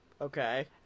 okay